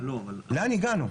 לאן הגענו?